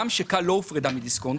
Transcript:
גם ש-כאל לא הופרדה מדיסקונט,